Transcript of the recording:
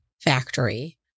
factory